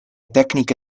tecniche